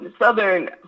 Southern